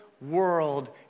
world